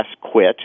quit